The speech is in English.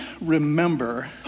remember